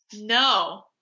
no